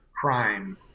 crime